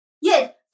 yes